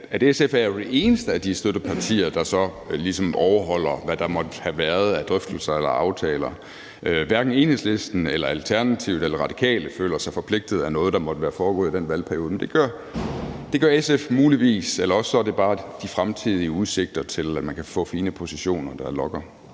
at SF jo er det eneste af de støttepartier, der så ligesom overholder, hvad der måtte have været af drøftelser eller aftaler. Hverken Enhedslisten, Alternativet eller Radikale Venstre føler sig forpligtet af noget, der måtte være foregået i den valgperiode, men det gør SF muligvis – eller også er det de fremtidige udsigter til, at man kan få fine positioner, der lokker.